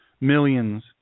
millions